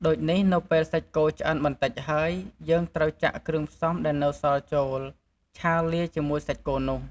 ដូចនេះនៅពេលសាច់គោឆ្អិនបន្តិចហើយ យើងត្រូវចាក់គ្រឿងផ្សំដែលនៅសល់ចូល ឆាលាយជាមួយសាច់គោនោះ។